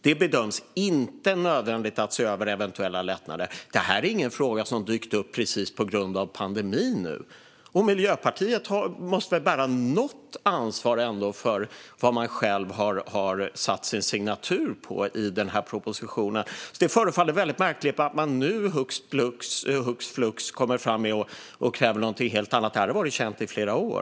Det här är inte en fråga som har dykt upp på grund av pandemin. Miljöpartiet måste väl ändå bära något slags ansvar för det de har satt sin signatur på i den propositionen. Det förefaller märkligt att de nu hux flux kommer och kräver något helt annat. Det här har varit känt i flera år.